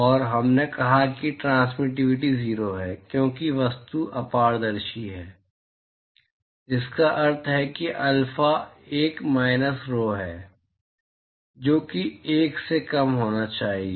और हमने कहा कि ट्रांसमिटिविटी 0 है क्योंकि वस्तु अपारदर्शी है जिसका अर्थ है कि अल्फा 1 माइनस rho है जो कि 1 से कम होना चाहिए